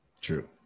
true